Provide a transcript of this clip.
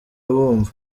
bumva